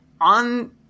on